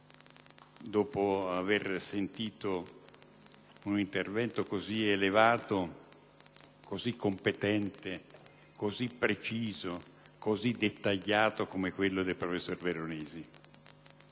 dopo aver ascoltato un intervento così elevato, così competente, così preciso, così dettagliato come quello del professor Veronesi